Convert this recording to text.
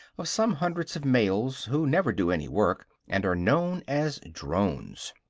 of some hundreds of males, who never do any work, and are known as drones.